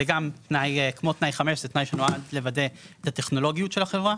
זה וגם תנאי כמו תנאי 5 זה תנאי שנועד לוודא את הטכנולוגיות של החברה,